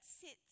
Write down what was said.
sits